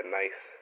nice